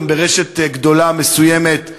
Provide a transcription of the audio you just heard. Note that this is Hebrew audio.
גם ברשת גדולה מסוימת,